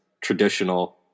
traditional